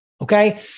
Okay